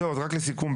לסיכום,